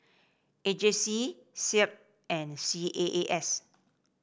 A J C SEAB and C A A S